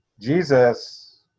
Jesus